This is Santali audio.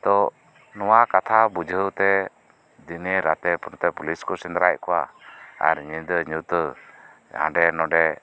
ᱛᱳ ᱱᱚᱶᱟ ᱠᱟᱛᱷᱟ ᱵᱩᱡᱷᱟᱹᱣ ᱛᱮ ᱫᱤᱱᱮ ᱨᱟᱛᱮ ᱯᱩᱞᱤᱥ ᱠᱚ ᱥᱮᱸᱫᱽᱨᱟᱭᱮᱫ ᱠᱚᱣᱟ ᱟᱨ ᱧᱤᱫᱟᱹ ᱧᱩᱛᱟᱹ ᱦᱟᱰᱮ ᱱᱚᱰᱮ